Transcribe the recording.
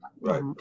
Right